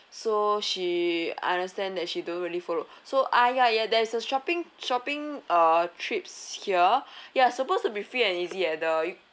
so she I understand that she don't really follow so ah ya ya there's a shopping shopping uh trips here ya supposed to be free and easy at the